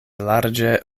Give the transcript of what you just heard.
larĝe